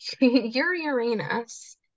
Uranus